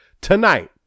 tonight